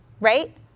right